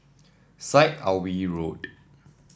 Syed Alwi Road